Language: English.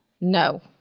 No